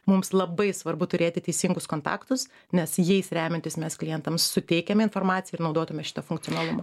mums labai svarbu turėti teisingus kontaktus nes jais remiantis mes klientams suteikiame informaciją ir naudotume šitą funkcionalumą